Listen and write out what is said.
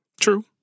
True